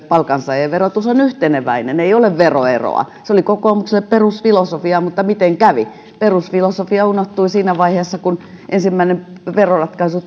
palkansaajien verotus on yhteneväinen ei ole veroeroa se oli kokoomukselle perusfilosofia mutta miten kävi perusfilosofia unohtui siinä vaiheessa kun ensimmäinen veroratkaisu